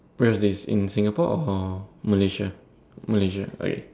where is this in Singapore of or Malaysia Malaysia okay